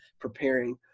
preparing